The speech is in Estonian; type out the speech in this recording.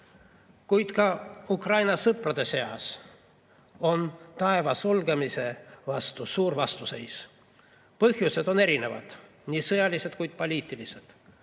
ka Ukraina sõprade seas on taeva sulgemise vastu suur vastuseis. Põhjused on erinevad, nii sõjalised kui ka poliitilised.